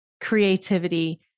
creativity